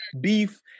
beef